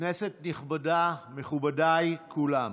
כנסת נכבדה, מכובדיי כולם,